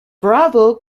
bravo